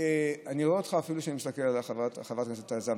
אני רואה אותך אפילו שאני מסתכל על חברת הכנסת זנדברג.